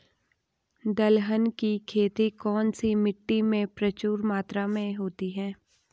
दलहन की खेती कौन सी मिट्टी में प्रचुर मात्रा में होती है?